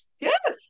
Yes